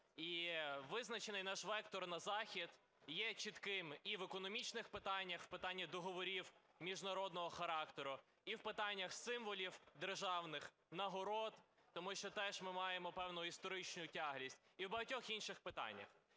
І визначений наш вектор на Захід є чітким і в економічних питаннях, в питаннях договорів міжнародного характеру, і в питаннях символів державних, нагород, тому що теж ми маємо певну історичну тяглість, і в багатьох інших питаннях.